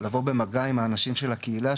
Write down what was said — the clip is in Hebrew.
לבוא במגע עם האנשים של הקהילה,